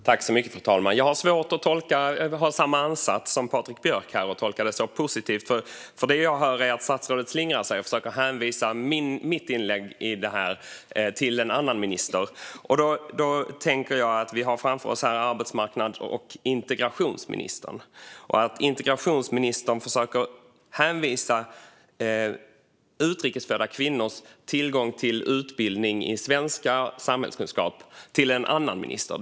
Fru talman! Jag har svårt att ha samma ansats som Patrik Björck och tolka det som positivt. Det jag hör är att statsrådet slingrar sig och hänvisar det jag sa i mitt inlägg till en annan minister. Vi har här framför oss arbetsmarknads och integrationsministern. Integrationsministern försöker att hänvisa frågan om utrikes födda kvinnors tillgång till utbildning i svenska och samhällskunskap till en annan minister.